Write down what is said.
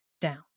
down